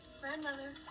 Grandmother